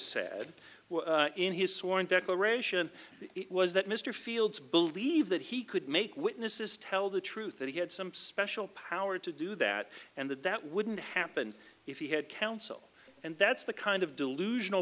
said in his sworn declaration it was that mr fields believed that he could make witnesses tell the truth that he had some special power to do that and that that wouldn't happen if he had counsel and that's the kind of delusional